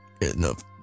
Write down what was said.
enough